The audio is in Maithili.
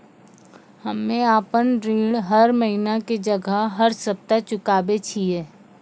हम्मे आपन ऋण हर महीना के जगह हर सप्ताह चुकाबै छिये